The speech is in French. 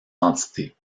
entités